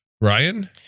Ryan